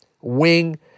wing